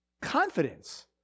confidence